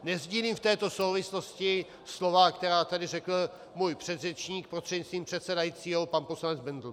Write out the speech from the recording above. Nesdílím v této souvislosti slova, která tady řekl můj předřečník, prostřednictvím předsedajícího pan poslanec Bendl.